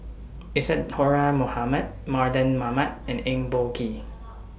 Isadhora Mohamed Mardan Mamat and Eng Boh Kee